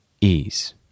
ease